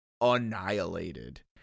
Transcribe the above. annihilated